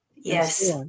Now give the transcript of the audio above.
Yes